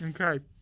Okay